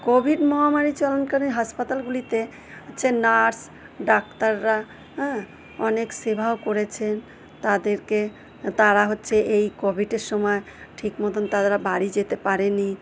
Covid মহামারী চলনকালীন হাসপাতালগুলিতে হচ্ছে নার্স ডাক্তাররা হ্যাঁ অনেক সেবাও করেছেন তাদেরকে তারা হচ্ছে এই কোভিডের সময় ঠিক মতন তারা বাড়ি যেতে পারে নি